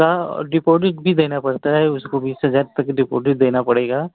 और डिपॉजिट भी देना पड़ता है उसको बीस हज़ार का भी डिपॉजिट देना पड़ेगा